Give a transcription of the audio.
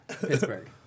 Pittsburgh